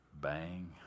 bang